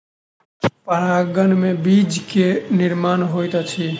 परागन में बीज के निर्माण होइत अछि